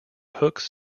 hooks